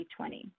2020